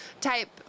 Type